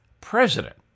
president